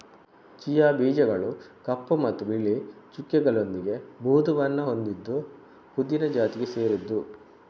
chia ಬೀಜಗಳು ಕಪ್ಪು ಮತ್ತು ಬಿಳಿ ಚುಕ್ಕೆಗಳೊಂದಿಗೆ ಬೂದು ಬಣ್ಣ ಹೊಂದಿದ್ದು ಪುದೀನ ಜಾತಿಗೆ ಸೇರಿದ್ದು